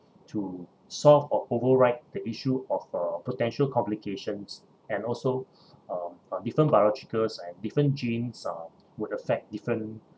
to solve or override the issue of uh potential complications and also um uh different biologicals and different genes uh would affect different